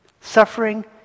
Suffering